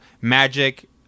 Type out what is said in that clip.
Magic